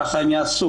ככה הם יעשו.